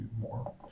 more